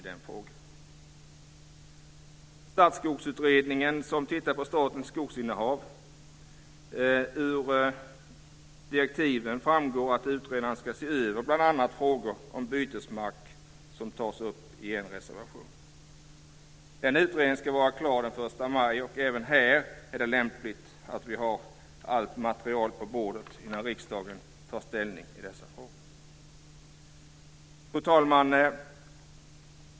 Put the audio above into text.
När det gäller Statsskogsutredningen som tittar på statens skogsinnehav framgår det ur direktiven att utredaren ska se över bl.a. de frågor om bytesmark som tar upp i en reservation. Utredningen ska vara klar den 1 maj, och även här är det lämpligt att vi har allt material på bordet innan riksdagen tar ställning i dessa frågor. Fru talman!